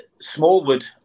Smallwood